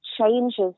changes